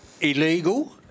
illegal